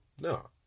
No